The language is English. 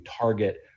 target